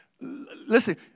Listen